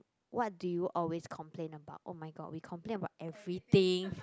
what do you always complain about oh-my-god we complain about everything